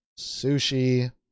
Sushi